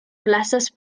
places